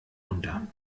unter